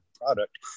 product